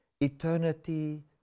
eternity